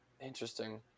Interesting